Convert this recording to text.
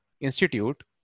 Institute